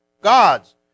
God's